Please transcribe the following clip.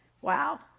Wow